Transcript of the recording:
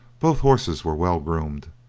both horses were well groomed,